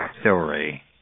story